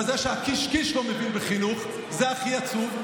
אבל זה שהקיש-קיש לא מבין בחינוך זה הכי עצוב,